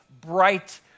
bright